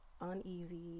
uneasy